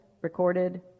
recorded